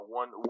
one